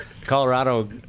Colorado